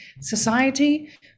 Society